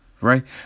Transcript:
right